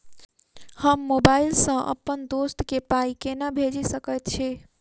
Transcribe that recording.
हम मोबाइल सअ अप्पन दोस्त केँ पाई केना भेजि सकैत छी?